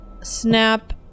snap